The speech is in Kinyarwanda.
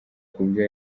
kubyo